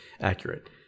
accurate